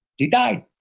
he died.